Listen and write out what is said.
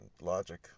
logic